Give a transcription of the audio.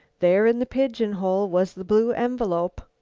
there in the pigeon-hole was the blue envelope.